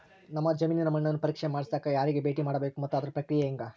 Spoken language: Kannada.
ನಮ್ಮ ಜಮೇನಿನ ಮಣ್ಣನ್ನು ಪರೇಕ್ಷೆ ಮಾಡ್ಸಕ ಯಾರಿಗೆ ಭೇಟಿ ಮಾಡಬೇಕು ಮತ್ತು ಅದರ ಪ್ರಕ್ರಿಯೆ ಹೆಂಗೆ?